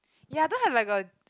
ya I don't have like a